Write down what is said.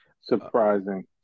Surprising